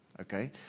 Okay